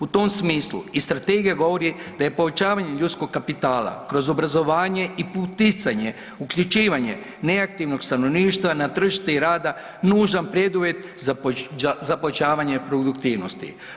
U tom smislu i strategija govori da je povećavanje ljudskog kapitala kroz obrazovanje i poticanje, uključivanje neaktivnog stanovništva na tržište rada nužan preduvjet za pojačavanje produktivnosti.